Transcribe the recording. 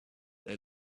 they